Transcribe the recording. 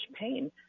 pain